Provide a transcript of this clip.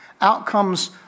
Outcomes